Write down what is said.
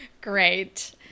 great